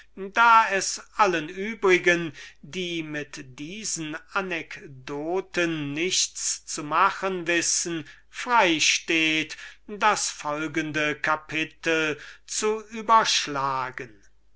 da es allen übrigen die mit diesen anekdoten nichts zu machen wissen frei steht das folgende kapitel zu überschlagen